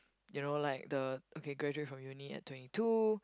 you know like the okay graduate from uni at twenty two